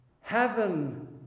Heaven